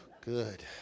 Good